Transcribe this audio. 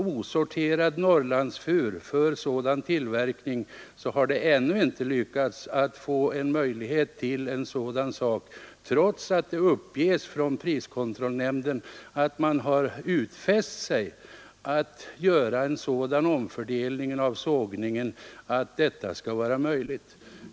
osorterad Norrlandsfur för detta företags tillverkning har det ännu inte lyckats, och detta trots att priskontrollnämnden uppger att sågverken har utfäst sig att göra en sådan om fördelning av sågningen att detta skall vara möjligt.